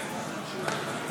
(תיקוני חקיקה להשגת יעדי התקציב לשנת 2025) מיסוי רווחים לא מחולקים),